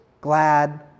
glad